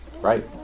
Right